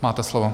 Máte slovo.